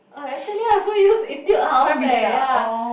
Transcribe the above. I actually also use Etude-House eh ya